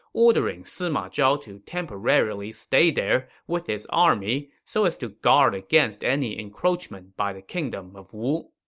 ordering sima zhao to temporarily stay there with his army so as to guard against any encroachment by the kingdom of wu.